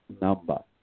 number